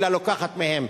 אלא לוקחת מהן.